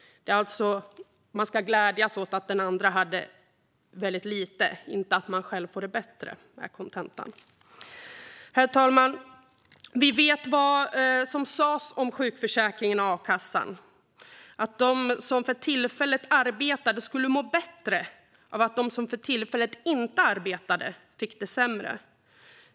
Kontentan är alltså att man ska glädjas åt att andra har väldigt lite, inte åt att man själv får det bättre. Herr talman! Vi vet vad som sas om sjukförsäkringen och a-kassan: De som för tillfället arbetade skulle må bättre av att de som för tillfället inte arbetade fick det sämre.